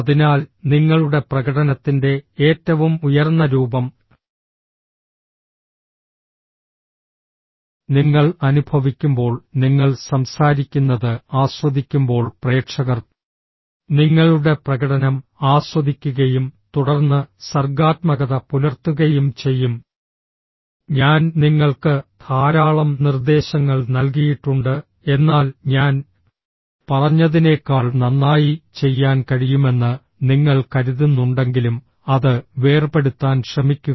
അതിനാൽ നിങ്ങളുടെ പ്രകടനത്തിന്റെ ഏറ്റവും ഉയർന്ന രൂപം നിങ്ങൾ അനുഭവിക്കുമ്പോൾ നിങ്ങൾ സംസാരിക്കുന്നത് ആസ്വദിക്കുമ്പോൾ പ്രേക്ഷകർ നിങ്ങളുടെ പ്രകടനം ആസ്വദിക്കുകയും തുടർന്ന് സർഗ്ഗാത്മകത പുലർത്തുകയും ചെയ്യും ഞാൻ നിങ്ങൾക്ക് ധാരാളം നിർദ്ദേശങ്ങൾ നൽകിയിട്ടുണ്ട് എന്നാൽ ഞാൻ പറഞ്ഞതിനേക്കാൾ നന്നായി ചെയ്യാൻ കഴിയുമെന്ന് നിങ്ങൾ കരുതുന്നുണ്ടെങ്കിലും അത് വേർപെടുത്താൻ ശ്രമിക്കുക